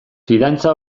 fidantza